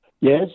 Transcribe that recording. Yes